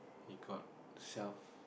he got self